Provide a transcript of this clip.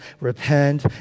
repent